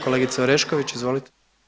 Kolegice Orešković, izvolite.